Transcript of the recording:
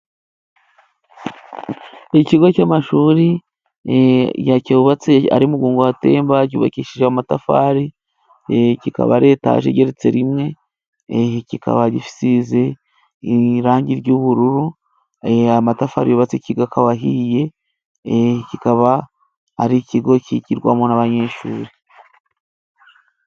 Ikigo cy'amashuri cyubatse ari mugongo watemba cyubakishije amatafari, kikaba ari etaje igeretse rimwe kikaba gisize irangi ry'ubururu, amatafari yubatse ikigo akaba ahiye, kikaba ari ikigo kigirwamo n'abanyeshuri.